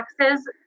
taxes